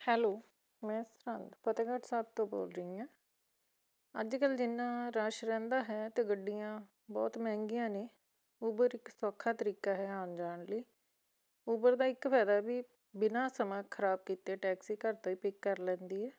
hello ਮੈਂ ਸਰਹਿੰਦ ਫਤਿਹਗੜ੍ਹ ਸਾਹਿਬ ਤੋਂ ਬੋਲ ਰਹੀ ਹਾਂ ਅੱਜ ਕੱਲ੍ਹ ਜਿੰਨਾ ਰਸ਼ ਰਹਿੰਦਾ ਹੈ ਅਤੇ ਗੱਡੀਆਂ ਬਹੁਤ ਮਹਿੰਗੀਆਂ ਨੇ ਉਬਰ ਇੱਕ ਸੌਖਾ ਤਰੀਕਾ ਹੈ ਆਉਣ ਜਾਣ ਲਈ ਉਬਰ ਦਾ ਇੱਕ ਫਾਇਦਾ ਵੀ ਬਿਨਾ ਸਮਾਂ ਖ਼ਰਾਬ ਕੀਤੇ ਟੈਕਸੀ ਘਰ ਤੋਂ ਹੀ ਪਿੱਕ ਕਰ ਲੈਂਦੀ ਹੈ